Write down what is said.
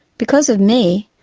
because of me,